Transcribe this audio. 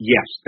Yes